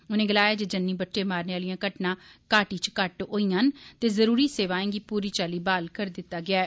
उन्ने गलाया जे जन्नी बट्टे मारने आलियां घटना घाटी च घट्ट होइयां न ते जरुरी सेवाएं गी पूरी चाली ब्हाल करी दिता गेया ऐ